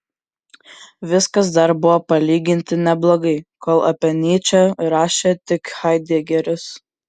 viskas dar buvo palyginti neblogai kol apie nyčę rašė tik haidegeris